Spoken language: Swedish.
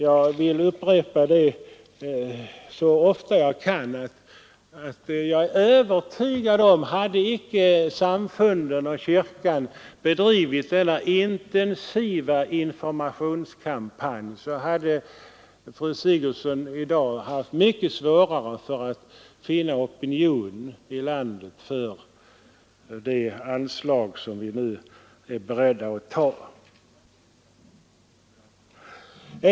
Jag upprepar så ofta jag kan den bestämda uppfattningen att om icke samfunden och kyrkan bedrivit sin intensiva information vecka efter vecka i det här landet hade fru Sigurdsen i dag haft mycket svårare att få en opinion för de anslag som vi nu skall att bevilja.